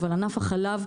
אבל ענף החלב,